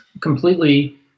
completely